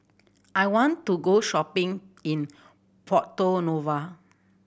I want to go shopping in Porto Novo